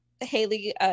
Haley